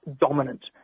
dominant